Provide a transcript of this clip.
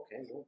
Okay